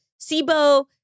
SIBO